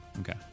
Okay